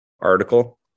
article